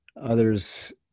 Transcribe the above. others